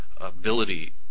ability